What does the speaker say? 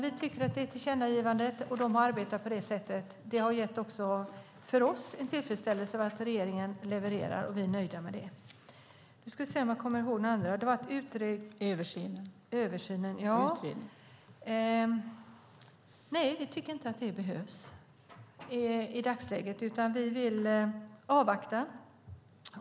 Vi tycker att de må arbeta på det sättet. Det har också gett oss tillfredsställelse. Regeringen levererar, och vi är nöjda med det. Den andra frågan handlade om översyn och utredning. Vi tycker inte att en utredning behövs i dagsläget, utan vi vill avvakta.